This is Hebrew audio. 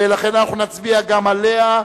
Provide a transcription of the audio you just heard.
ולכן נצביע גם עליה.